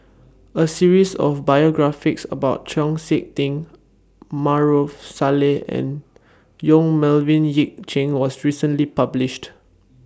A series of biographies about Chau Sik Ting Maarof Salleh and Yong Melvin Yik Chye was recently published